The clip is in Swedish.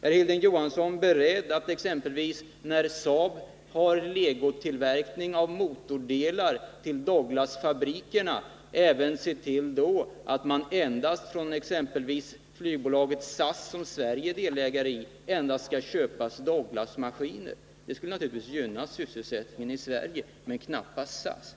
Är Hilding Johansson beredd att, exempelvis när Saab har legotillverkning av motordelar till Douglasfabrikerna, även se till att man då — från exempelvis flygbolaget SAS, som Sverige är delägare i — endast skall köpa Douglasmaskiner? Det skulle naturligtvis gynna sysselsättningen i Sverige, men det skulle knappast gynna SAS.